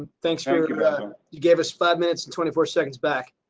thanks for you. but you gave us five minutes and twenty four seconds back.